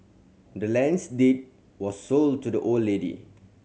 the land's deed was sold to the old lady